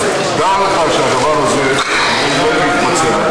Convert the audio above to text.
אז דע לך שהדבר הזה עומד להתבצע.